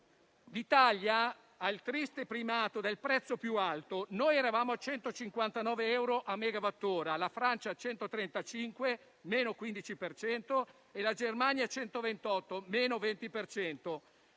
l'Italia ha il triste primato del prezzo più alto. Noi, infatti, eravamo a 159 euro a megawattora, la Francia a 135 (meno 15 per cento) e la Germania a 128 (meno 20